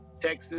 Texas